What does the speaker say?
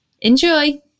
Enjoy